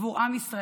עבור עם ישראל,